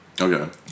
Okay